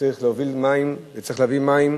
כשצריך להוביל מים וצריך להביא מים,